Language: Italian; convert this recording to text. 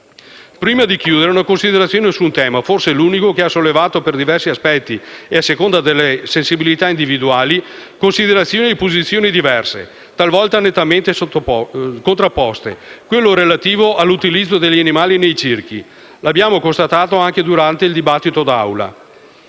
vorrei svolgere una considerazione su un tema, forse l'unico, che ha sollevato, per diversi aspetti e a seconda delle sensibilità individuali, considerazioni e posizioni diverse, talvolta nettamente contrapposte: quello relativo all'utilizzo degli animali nei circhi. L'abbiamo constatato anche durante il dibattito d'Aula.